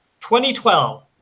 2012